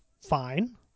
fine